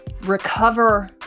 recover